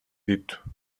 dito